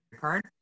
card